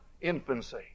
infancy